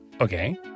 Okay